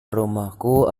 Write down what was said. rumahku